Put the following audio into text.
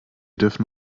dürfen